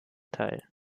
teil